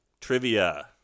Trivia